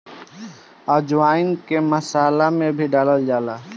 अजवाईन के मसाला में भी डालल जाला